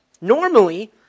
Normally